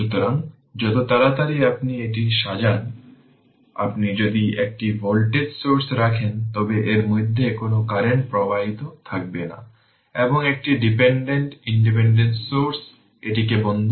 সুতরাং এটি সেখানে নেই এবং এর মধ্য দিয়ে কোনও কারেন্ট প্রবাহিত হচ্ছে না তাই এটি হল ওপেন সার্কিট যাকে বলা হয় ক্যাপাসিটর জুড়ে ভোল্টেজ